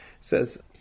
Says